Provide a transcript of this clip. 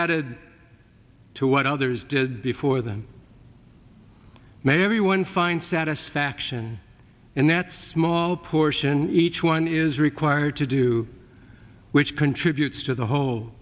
added to what others did before them made everyone find satisfaction and that's maule portion each one is required to do which contributes to the whole